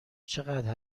چقدر